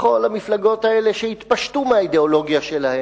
לכל המפלגות האלה, שהתפשטו מהאידיאולוגיה שלהן,